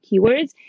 keywords